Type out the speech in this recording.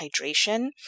hydration